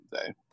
today